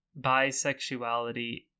bisexuality